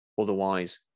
Otherwise